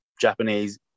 Japanese